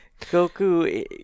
Goku